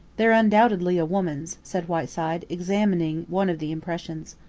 they're undoubtedly a woman's, said whiteside, examining one of the impressions.